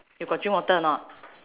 you got drink water or not